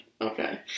Okay